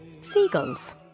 Seagulls